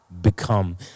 become